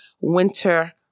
Winter